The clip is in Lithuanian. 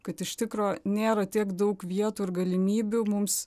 kad iš tikro nėra tiek daug vietų ir galimybių mums